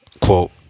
Quote